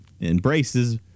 embraces